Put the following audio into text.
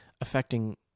affecting